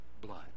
blood